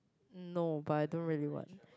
no but I don't really want